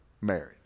marriage